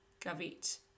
Gavit